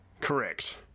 Correct